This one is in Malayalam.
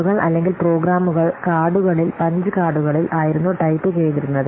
ആളുകൾ അല്ലെങ്കിൽ പ്രോഗ്രാമുകൾ കാർഡുകളിൽ പഞ്ച് കാർഡുകളിൽ ആയിരുന്നു ടൈപ്പു ചെയ്തിരുന്നത്